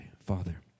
Father